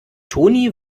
toni